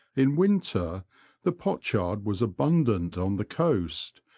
in winter the pochard was abundant on the coast,